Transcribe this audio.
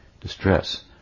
distress